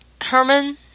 Herman